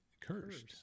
curse